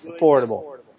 affordable